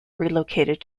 relocated